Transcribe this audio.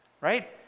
Right